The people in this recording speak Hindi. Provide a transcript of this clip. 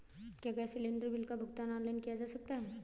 क्या गैस सिलेंडर बिल का भुगतान ऑनलाइन किया जा सकता है?